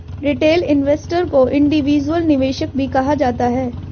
retail investor को individual निवेशक भी कहा जाता है